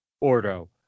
Ordo